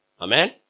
Amen